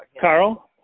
Carl